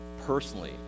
personally